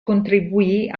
contribuì